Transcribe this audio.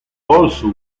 also